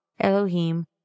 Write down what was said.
Elohim